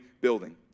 building